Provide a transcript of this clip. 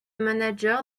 manager